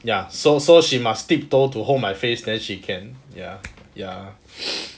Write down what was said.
ya so so she must tip toe to hold my face then she can ya ya